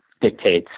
dictates